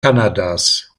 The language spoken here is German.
kanadas